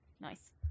Nice